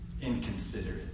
Inconsiderate